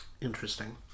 interesting